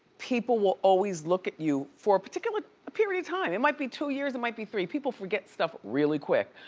people will always look at you for a particular period of time, it might be two years, it and might be three, people forget stuff really quick,